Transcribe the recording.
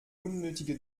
unnötige